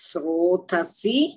Srotasi